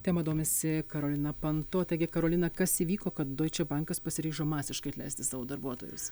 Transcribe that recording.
tema domisi karolina panto taigi karolina kas įvyko kad doiče bankas pasiryžo masiškai atleisti savo darbuotojus